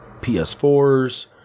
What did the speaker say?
ps4s